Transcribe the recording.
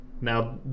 Now